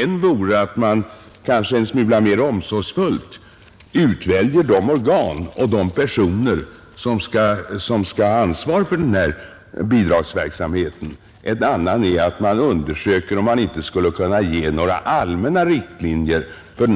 En vore att man en smula mera omsorgsfullt väljer ut de organ och de personer som skall ha ansvar för bidragsverksamheten. En annan är att man undersöker om man inte skulle kunna ge några allmänna riktlinjer för